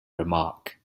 remark